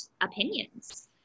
opinions